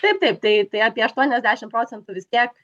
taip taip tai tai apie aštuoniasdešim procentų vis tiek